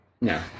No